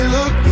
Look